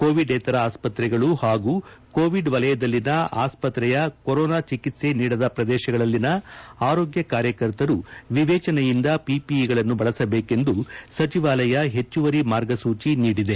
ಕೋವಿಡೇತರ ಆಸ್ಪತ್ರೆಗಳು ಹಾಗೂ ಕೋವಿಡ್ ವಲಯದಲ್ಲಿನ ಆಸ್ಪತ್ರೆಯ ಕೊರೋನಾ ಚಿಕಿತ್ಸೆ ನೀಡದ ಪ್ರದೇಶಗಳಲ್ಲಿನ ಆರೋಗ್ಯ ಕಾರ್ಯಕರ್ತರು ವಿವೇಚನೆಯಿಂದ ಪಿಪಿಇಗಳನ್ನು ಬಳಸಬೇಕೆಂದು ಸಚಿವಾಲಯ ಹೆಚ್ಚುವರಿ ಮಾರ್ಗಸೂಚಿ ನೀಡಿದೆ